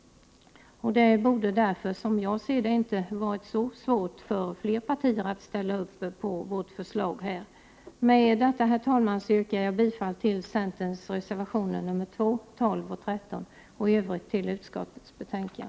Det borde därför, som jag ser det, inte ha varit så svårt för fler partier att ställa upp på vårt förslag här. Med detta, herr talman, yrkar jag bifall till centerns reservationer nr 2, 12 och 13 och i övrigt till utskottets hemställan.